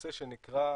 נושא שנקרא